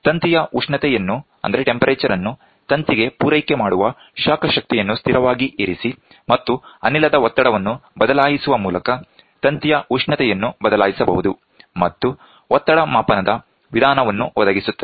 ತಂತಿಯ ಉಷ್ಣತೆ ಯನ್ನು ತಂತಿಗೆ ಪೂರೈಕೆ ಮಾಡುವ ಶಾಖಶಕ್ತಿಯನ್ನು ಸ್ಥಿರವಾಗಿ ಇರಿಸಿ ಮತ್ತು ಅನಿಲದ ಒತ್ತಡವನ್ನು ಬದಲಾಯಿಸುವ ಮೂಲಕ ತಂತಿಯ ಉಷ್ಣತೆಯನ್ನು ಬದಲಾಯಿಸಬಹುದು ಮತ್ತು ಒತ್ತಡ ಮಾಪನದ ವಿಧಾನವನ್ನು ಒದಗಿಸುತ್ತದೆ